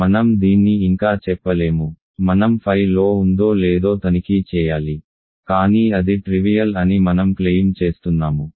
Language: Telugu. కాబట్టి మనం దీన్ని ఇంకా చెప్పలేము మనం ఫై లో ఉందో లేదో తనిఖీ చేయాలి కానీ అది ట్రివియల్ అని మనం క్లెయిమ్ చేస్తున్నాము